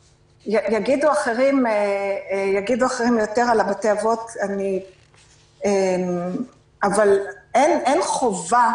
יגידו אחרים יותר על בתי האבות אבל אין חובה